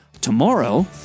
tomorrow